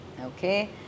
Okay